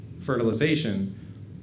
fertilization